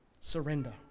Surrender